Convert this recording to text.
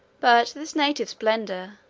but this native splendor,